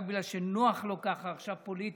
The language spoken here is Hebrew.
רק בגלל שנוח לו ככה עכשיו פוליטית.